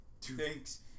Thanks